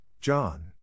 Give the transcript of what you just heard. John